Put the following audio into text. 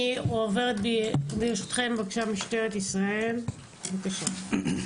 אני עוברת למשטרת ישראל, בבקשה.